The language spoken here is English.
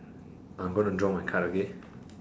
I'm gonna draw my card okay